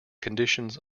conditions